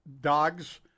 dogs